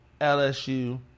LSU